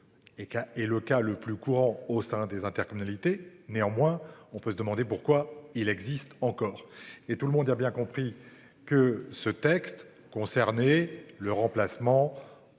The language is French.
est le cas le plus courant au sein des intercommunalités. Néanmoins, on peut se demander pourquoi il existe encore et tout le monde a bien compris que ce texte concernés le remplacement.